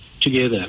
together